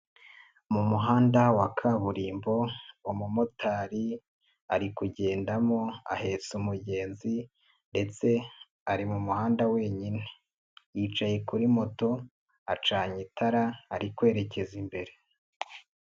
Mu muhanda wa kaburimbo umumotari ari kugendamo ahetse umugenzi ndetse ari mu muhanda wenyine, yicaye kuri moto acanye itara ari kwerekeza imbere.